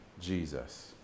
Jesus